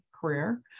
career